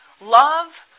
love